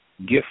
gift